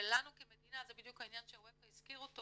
ולנו כמדינה זה בדיוק העניין שאווקה הזכיר אותו